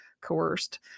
coerced